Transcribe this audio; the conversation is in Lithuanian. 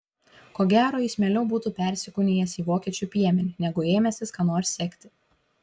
ko gero jis mieliau būtų persikūnijęs į vokiečių piemenį negu ėmęsis ką nors sekti